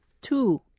Two